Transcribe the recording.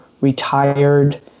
retired